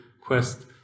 quest